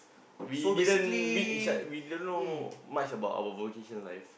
we didn't meet inside we didn't know much about our vocation life